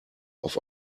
auf